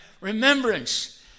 remembrance